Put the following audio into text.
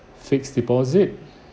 fixed deposit